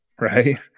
Right